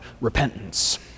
repentance